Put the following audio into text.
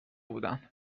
بودن